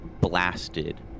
blasted